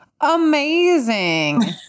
Amazing